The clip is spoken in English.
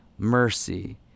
mercy